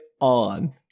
on